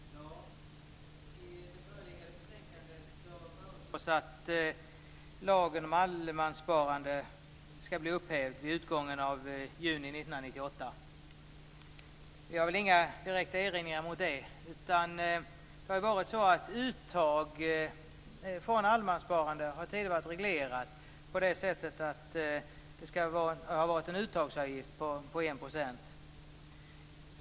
Herr talman! I det föreliggande betänkandet föreslås att lagen om allemanssparande skall upphävas vid utgången av juni 1998. Vi har inga direkta erinringar mot detta. Det har varit så att uttag från allemanssparande tidigare har varit reglerat på så sätt att det har varit en uttagsavgift på 1 %.